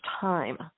time